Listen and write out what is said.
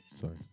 Sorry